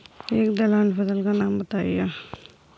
एक दलहन फसल का नाम बताइये